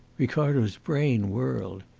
ricardo's brain whirled.